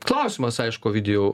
klausimas aišku ovidijau